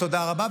תודה רבה.